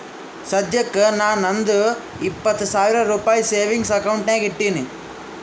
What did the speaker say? ಸದ್ಯಕ್ಕ ನಾ ನಂದು ಇಪ್ಪತ್ ಸಾವಿರ ರುಪಾಯಿ ಸೇವಿಂಗ್ಸ್ ಅಕೌಂಟ್ ನಾಗ್ ಇಟ್ಟೀನಿ